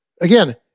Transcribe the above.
Again